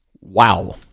Wow